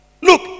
Look